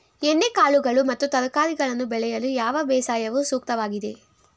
ಎಣ್ಣೆಕಾಳುಗಳು ಮತ್ತು ತರಕಾರಿಗಳನ್ನು ಬೆಳೆಯಲು ಯಾವ ಬೇಸಾಯವು ಸೂಕ್ತವಾಗಿದೆ?